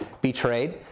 betrayed